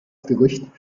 gerücht